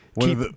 Keep